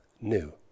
new